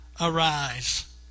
Arise